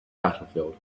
battlefield